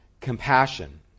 compassion